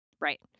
right